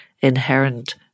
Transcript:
inherent